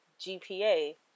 GPA